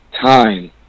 time